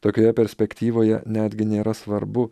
tokioje perspektyvoje netgi nėra svarbu